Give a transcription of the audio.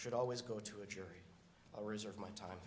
should always go to a jury i reserve my time